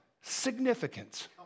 significance